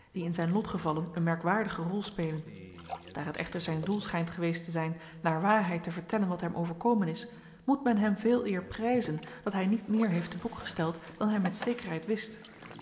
die in zijn lotgevallen een merkwaardige rol spelen daar het echter zijn doel schijnt geweest te zijn naar waarheid te vertellen wat hem overkomen is moet men hem veeleer prijzen dat hij niet meer heeft te boek gesteld dan hij met zekerheid wist